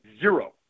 zero